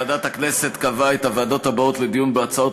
ועדת הכנסת קבעה את הוועדות הבאות לדיון בהצעות